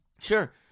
Sure